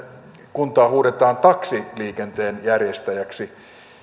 kuntaa huudetaan taksiliikenteen järjestäjäksi